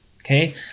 Okay